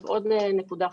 עוד נקודה חשובה.